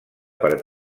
per